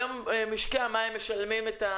היום משקי הבית משלמים מחיר